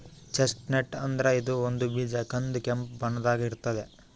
chestnut ಅಂದ್ರ ಇದು ಒಂದ್ ಬೀಜ ಕಂದ್ ಕೆಂಪ್ ಬಣ್ಣದಾಗ್ ಇರ್ತದ್